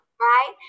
right